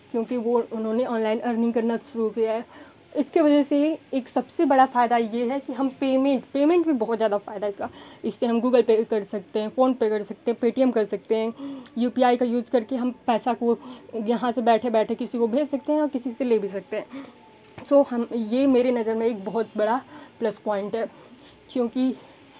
क्योंकि वो उन्होंने ऑनलाइन अर्निंग करना शुरू किया है इसकी वजह से ही एक सबसे बड़ा फ़ायदा ये है कि हम पेमेंट पेमेंट में बहुत ज़्यादा फ़ायदा इसका इससे हम गूगल पे भी कर सकते हैं फ़ोन पे कर सकते हैं पेटीएम कर सकते हैं यू पी आई का यूज़ करके हम पैसा को यहाँ से बैठे बैठे किसी को भेज सकते हैं या किसी से ले भी सकते हैं सो हम ये मेरी नज़र में एक बहुत बड़ा प्लस पॉइंट है क्योंकि